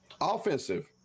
offensive